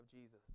Jesus